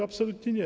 Absolutnie nie.